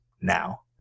now